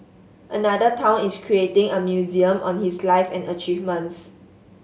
another town is creating a museum on his life and achievements